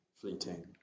fleeting